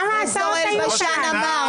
כמה עשרות היו כאן.